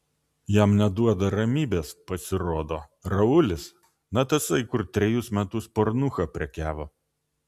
jam neduoda ramybės pasirodo raulis na tasai kur trejus metus pornucha prekiavo